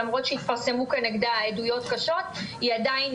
שלמרות שהתפרסמו כנגדה עדויות קשות היא עדיין